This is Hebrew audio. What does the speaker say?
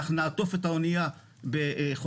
אנחנו נעטוף את האנייה בחוסם,